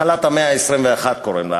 מחלת המאה ה-21 קוראים לה,